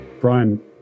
Brian